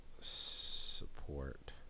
Support